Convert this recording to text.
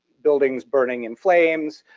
buildings burning in flames,